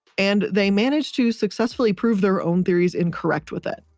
and they managed to successfully prove their own theories incorrect with it.